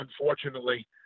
unfortunately